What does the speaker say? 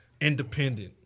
Independent